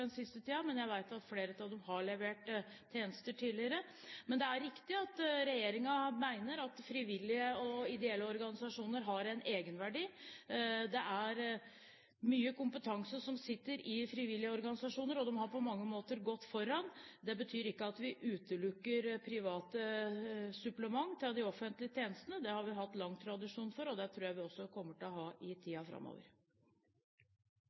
den siste tiden, men jeg vet at flere av dem har levert tjenester tidligere. Det er riktig at regjeringen mener at frivillige og ideelle organisasjoner har en egenverdi. Det er mye kompetanse som sitter i frivillige organisasjoner, og de har på mange måter gått foran. Det betyr ikke at vi utelukker private supplement til de offentlige tjenestene. Det har vi hatt lang tradisjon for, og det tror jeg også vi kommer til å ha i